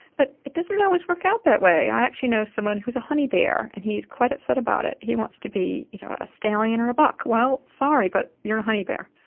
but it doesn't always work out that way. i actually know someone who's a honey bear and he is quite upset about it, he wants to be you know a stallion or a buck. well, sorry, but you're a honey bear.